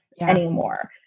anymore